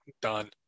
Done